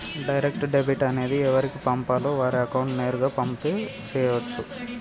direct debit అనేది ఎవరికి పంపాలో వారి అకౌంట్ నేరుగా పంపు చేయచ్చు